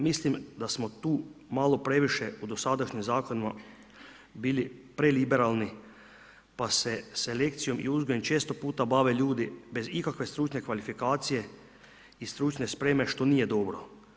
Mislim da smo tu malo previše u dosadašnjim zakonima bili preliberalni pa se selekcijom i uzgojem često puta bave ljude bez ikakve stručne kvalifikacije i stručne spreme, što nije dobro.